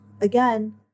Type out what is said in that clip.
again